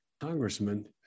congressman